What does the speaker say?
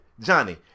Johnny